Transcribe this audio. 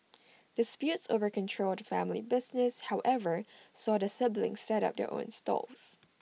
disputes over control of the family business however saw the siblings set up their own stalls